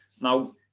now